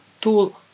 tool